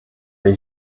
wir